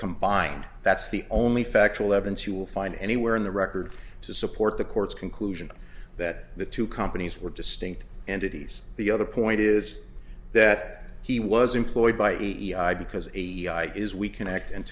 combined that's the only factual evidence you will find anywhere in the record to support the court's conclusion that the two companies were distinct entities the other point is that he was employed by e e i because a is we connect and